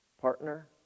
partner